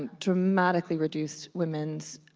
dramatically reduced women's